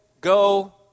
go